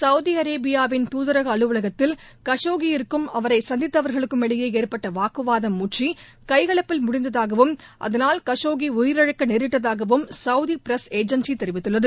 Saudi அரேபியாவின் தூதரக அலுவலத்தில் கசோக்கிற்கும் அவரை சந்தித்தவர்களுக்கும் இடையே ஏற்பட்ட வாக்குவாதம் முற்றி எக்கலப்பில் முடிந்ததாகவும் அதனால் கசோக்கி உயிரிழக்க நேரிட்டதாகவும் சவுதி பிரஸ் ஏஜென்சி தெரிவித்துள்ளது